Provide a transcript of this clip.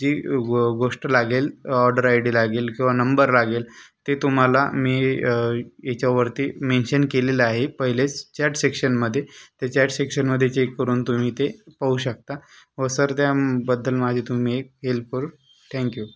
जी ग्व व गोष्ट लागेल ऑर्डर आय डी लागेल किंवा नंबर लागेल ते तुम्हाला मी ह्याच्यावरती मेंशन केलेले आहे पहिलेच चॅट सेक्शनमध्ये तर चॅट सेक्शनमध्ये चेक करून तुम्ही ते पाहू शकता व सर त्याबद्दल माझे तुम्ही एक हेल्पर थॅंक यू